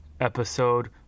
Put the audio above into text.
episode